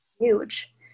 huge